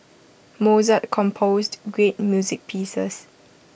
Mozart composed great music pieces